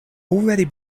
already